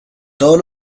todos